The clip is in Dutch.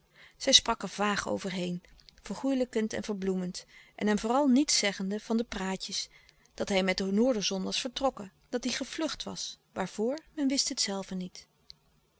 zij sprak er vaag over heen vergoêlijkend en verbloemend en hem vooral niets zeggende van de praatjes dat hij met de noorderzon louis couperus de stille kracht was vertrokken dat hij gevlucht was waarvoor men wist het zelve niet